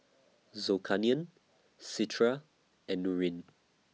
Zulkarnain Citra and Nurin